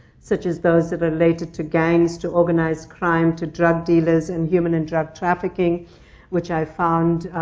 such as those related to gangs, to organized crime, to drug dealers, and human and drug trafficking which i found